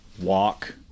walk